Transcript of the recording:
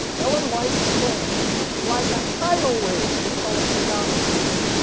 ellen white explains like a tidal wave, we call them tsunamis today,